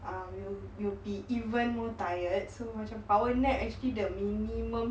um you'll you'll be even more tired so macam power nap actually the minimum